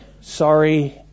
Sorry